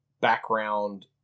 background